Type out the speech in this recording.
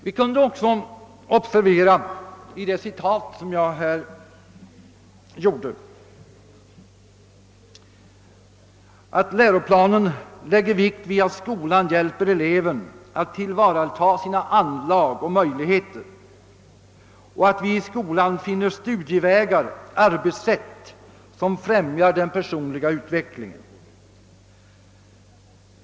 Vi kunde också i det citat som jag här återgav observera att läroplanen lägger vikt vid att skolan hjälper eleven att tillvarata sina anlag och möj ligheter och att i skolan finna studievägar och arbetssätt som främjar den personliga utvecklingen.